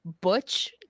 Butch